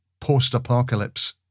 post-apocalypse